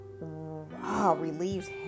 relieves